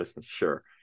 sure